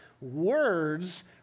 words